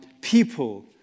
people